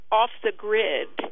off-the-grid